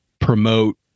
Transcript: promote